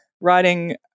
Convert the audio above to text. writing